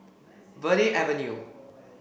Verde Avenue